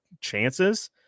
chances